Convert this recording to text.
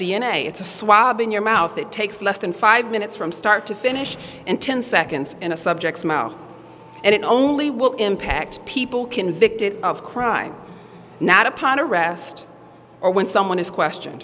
a it's a swab in your mouth that takes less than five minutes from start to finish and ten seconds in a subjects mouth and it only will impact people convicted of crimes not upon arrest or when someone is question